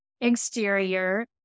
exterior